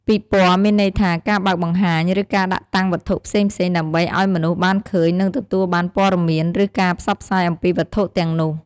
ពិព័រណ៍ មានន័យថា ការបើកបង្ហាញ ឬការដាក់តាំងវត្ថុផ្សេងៗ ដើម្បីឲ្យមនុស្សបានឃើញ និងទទួលបានព័ត៌មាន ឬការផ្សព្វផ្សាយអំពីវត្ថុទាំងនោះ។